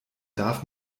darf